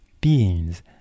beings